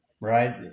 right